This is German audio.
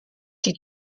die